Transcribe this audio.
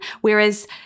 Whereas